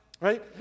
right